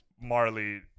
Marley